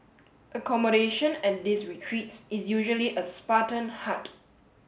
accommodation at these retreats is usually a Spartan hut